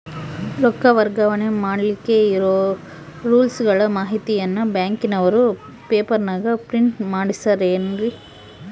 ರೊಕ್ಕ ವರ್ಗಾವಣೆ ಮಾಡಿಲಿಕ್ಕೆ ಇರೋ ರೂಲ್ಸುಗಳ ಮಾಹಿತಿಯನ್ನ ಬ್ಯಾಂಕಿನವರು ಪೇಪರನಾಗ ಪ್ರಿಂಟ್ ಮಾಡಿಸ್ಯಾರೇನು?